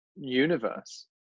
universe